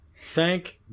Thank